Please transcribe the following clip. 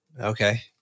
Okay